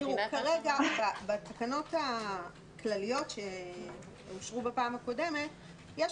בתקנות הכלליות שאושרו בפעם הקודמת יש